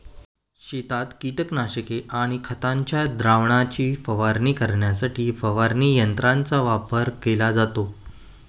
शेतात कीटकनाशके आणि खतांच्या द्रावणाची फवारणी करण्यासाठी फवारणी यंत्रांचा वापर केला जातो